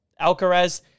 Alcaraz –